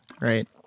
Right